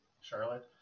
Charlotte